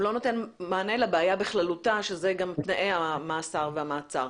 נותן מענה לבעיה בכללותה שזה גם תנאי המאסר והמעצר.